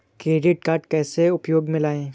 Credit card कैसे उपयोग में लाएँ?